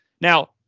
Now